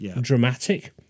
dramatic